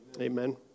Amen